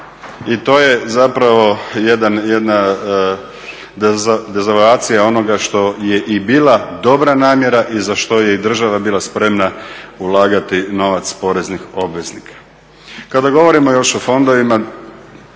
i to je zapravo jedna dezavuacija onoga što je bila dobra namjera i za što je i država bila spremna ulagati novac poreznih obveznika.